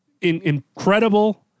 incredible